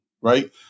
right